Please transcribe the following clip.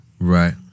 Right